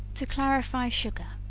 to clarify sugar.